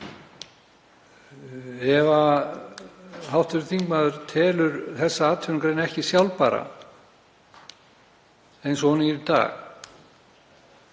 Ef hv. þingmaður telur þessa atvinnugrein ekki sjálfbæra eins og hún er í dag,